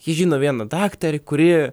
ji žino vieną daktarę kuri